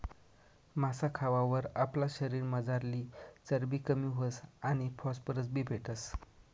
मासा खावावर आपला शरीरमझारली चरबी कमी व्हस आणि फॉस्फरस बी भेटस